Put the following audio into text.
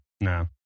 no